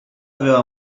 aveva